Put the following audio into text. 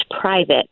private